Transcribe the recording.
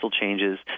changes